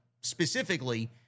specifically